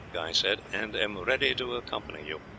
guy said, and am ready to accompany you.